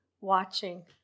watching